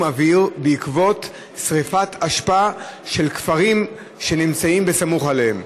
אוויר בעקבות שרפת אשפה של כפרים שנמצאים סמוך אליהם.